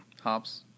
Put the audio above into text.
hops